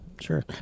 sure